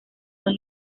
son